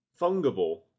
fungible